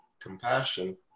compassion